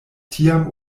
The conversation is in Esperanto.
tiam